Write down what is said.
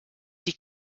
die